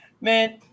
man